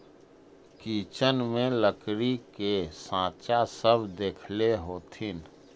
kitchen में लकड़ी के साँचा सब देखले होथिन